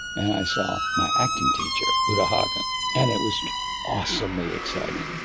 and i saw my acting teacher huda hagen and it was awesomely exciting.